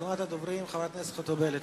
אחרונת הדוברים, חברת הכנסת ציפי חוטובלי.